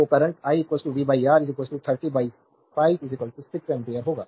slide time देखें 3233 तो current i v R 30 by 5 6 ampere होगा